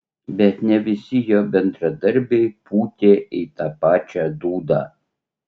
bet ne visi jo bendradarbiai pūtė į tą pačią dūdą